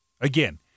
Again